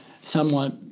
somewhat